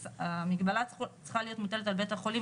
המגבלה צריכה להיות מוטלת על בית החולים